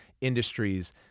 industries